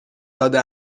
داده